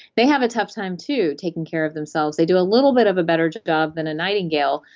they have a tough time too taking care of themselves. they do a little bit of a better job than a nightingale,